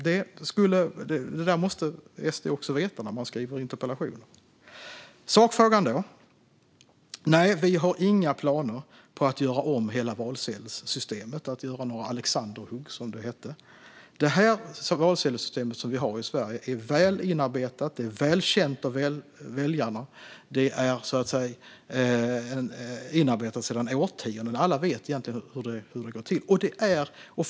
Detta måste SD veta när partiet ställer interpellationer. Jag går över till sakfrågan. Vi har inga planer på att göra om hela valsedelssystemet - vi har inga planer på att göra några alexanderhugg, som det hette. Det valsedelssystem vi har i Sverige är väl inarbetat och väl känt av väljarna. Det är inarbetat sedan årtionden, och alla vet hur det går till.